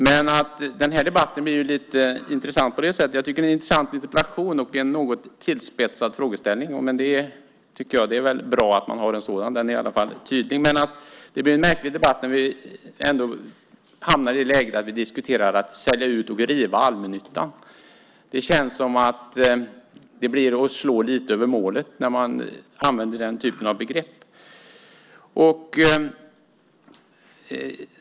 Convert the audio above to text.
Jag tycker att det är en intressant interpellation och en något tillspetsad frågeställning. Men det är väl bra att man har en sådan. Den är i alla fall tydlig. Men det blir en märklig debatt när vi hamnar i det läget att vi diskuterar att man ska sälja ut och riva allmännyttan. Det känns som att man slår lite över målet när man använder den typen av begrepp.